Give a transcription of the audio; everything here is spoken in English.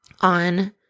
on